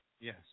Yes